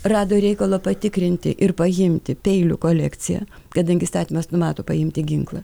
rado reikalo patikrinti ir paimti peilių kolekciją kadangi įstatymas numato paimti ginklą